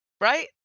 right